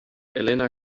elena